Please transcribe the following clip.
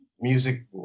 music